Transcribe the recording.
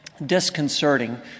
disconcerting